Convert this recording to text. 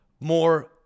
more